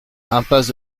impasse